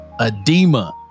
Edema